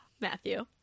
Matthew